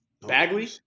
Bagley